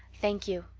thank you.